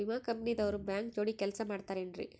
ವಿಮಾ ಕಂಪನಿ ದವ್ರು ಬ್ಯಾಂಕ ಜೋಡಿ ಕೆಲ್ಸ ಮಾಡತಾರೆನ್ರಿ?